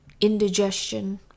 indigestion